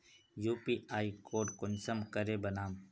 UPI code कुंसम करे बनाम?